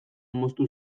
moztu